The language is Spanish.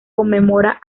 conmemora